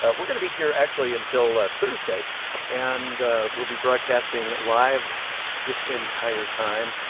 ah we're gonna be here actually until ah thursday and we'll be broadcasting live this entire time.